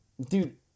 Dude